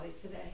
today